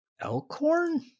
Elkhorn